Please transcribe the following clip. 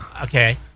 okay